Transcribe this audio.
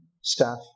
staff